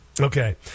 Okay